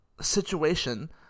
situation